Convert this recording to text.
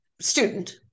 student